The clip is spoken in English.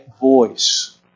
voice